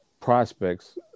prospects